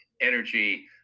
energy